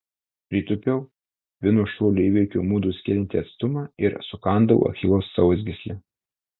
pritūpiau vienu šuoliu įveikiau mudu skiriantį atstumą ir sukandau achilo sausgyslę